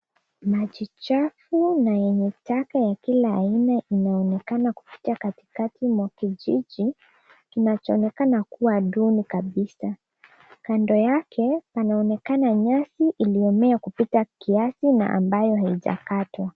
Maji chafu na yenye taka ya kila aina, inaonekana kupita katikati mwa kijiji kinachoonekana kuwa duni kabisa. Kando yake panaonekana nyasi iliyomea kupita kiasi na ambayo haijakatwa.